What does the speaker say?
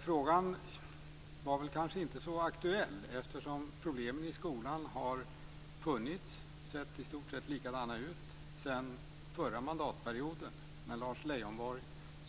Frågan var väl inte så aktuell, eftersom problemen i skolan har funnits och i stort sett sett likadana ut sedan förra mandatperioden då Lars Leijonborgs